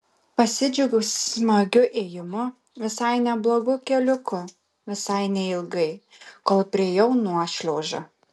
pasidžiaugiau smagiu ėjimu visai neblogu keliuku visai neilgai kol priėjau nuošliaužą